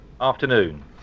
Afternoon